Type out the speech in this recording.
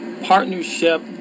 partnership